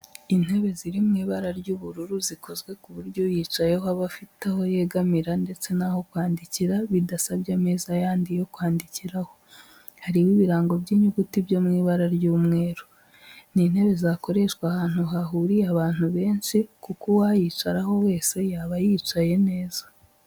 Intebe ziri mu ibara ry'ubururu zikozwe ku buryo uyicayeho aba afite aho yegamira ndetse n'aho kwandikira bidasabye ameza yandi yo kwandikiraho, hariho ibirango by'inyuguti byo mu ibara ry'umweru. Ni intebe zakoreshwa ahantu hahuriye abantu benshi kuko uwayicaraho wese yaba yicaye neza.